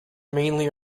mainly